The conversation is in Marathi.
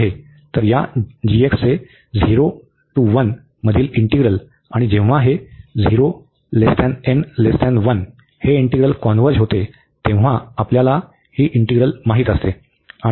तर या g चे 0 ते 1 मधील इंटीग्रल आणि जेव्हा हे हे इंटीग्रल कॉन्व्हर्ज होते तेव्हा आपल्याला ही टेस्ट इंटीग्रल माहित असते